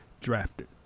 drafted